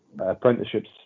Apprenticeships